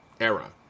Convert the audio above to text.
era